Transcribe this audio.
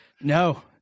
No